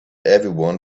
everyone